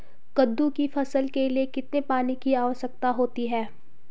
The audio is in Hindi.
कद्दू की फसल के लिए कितने पानी की आवश्यकता होती है?